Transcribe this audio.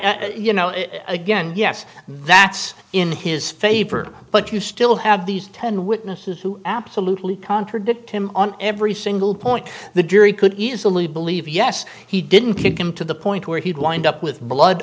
i you know again yes that's in his favor but you still have these ten witnesses who absolutely contradict him on every single point the jury could easily believe yes he didn't pick him to the point where he'd wind up with blood